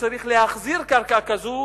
שצריך להחזיר קרקע כזאת,